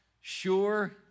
sure